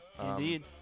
Indeed